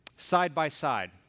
Side-by-side